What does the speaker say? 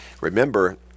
Remember